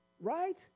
Right